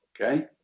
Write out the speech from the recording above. okay